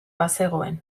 bazegoen